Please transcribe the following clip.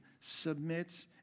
submit